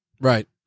Right